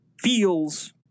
feels